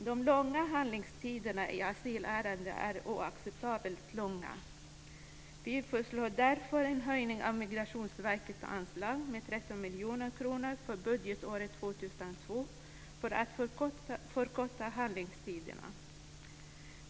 Handläggningstiderna i asylärenden är oacceptabelt långa. Vi föreslår därför en höjning av Migrationsverkets anslag med 13 miljoner kronor för budgetåret 2002 för att förkorta handläggningstiderna.